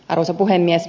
arvoisa puhemies